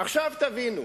עכשיו תבינו,